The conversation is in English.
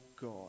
God